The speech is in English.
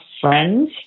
friends